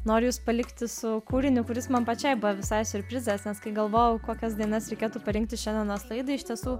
noriu jus palikti su kūriniu kuris man pačiai buvo visai siurprizas nes kai galvojau kokias dainas reikėtų parinkti šiandienos laidai iš tiesų